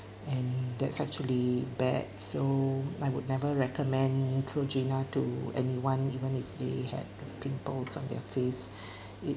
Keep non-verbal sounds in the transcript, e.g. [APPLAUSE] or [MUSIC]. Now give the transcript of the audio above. and that's actually bad so I would never recommend neutrogena to anyone even if they had pimples on their face [BREATH] it